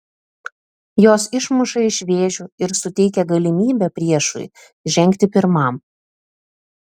jos išmuša iš vėžių ir suteikia galimybę priešui žengti pirmam